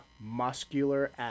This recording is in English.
muscular